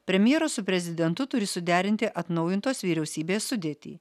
premjeras su prezidentu turi suderinti atnaujintos vyriausybės sudėtį